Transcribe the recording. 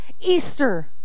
Easter